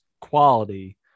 quality